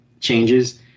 changes